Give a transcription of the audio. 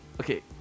Okay